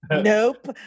Nope